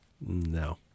No